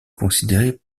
considérés